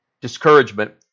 discouragement